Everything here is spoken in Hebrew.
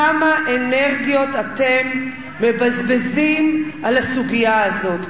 כמה אנרגיות אתם מבזבזים על הסוגיה הזאת,